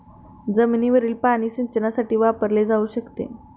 जमिनीवरील पाणी सिंचनासाठी वापरले जाऊ शकते